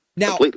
Now